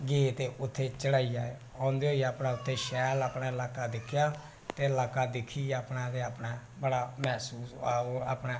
गे ते उत्थै चढ़ाई आए औंदे होई उत्थै अपना शैल इलाके दिक्खी आए ते इलाका दिक्खी अपने बड़ा महसूस होआ